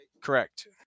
Correct